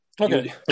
Okay